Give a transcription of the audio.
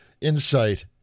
insight